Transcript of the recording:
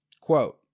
Quote